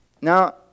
Now